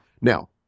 Now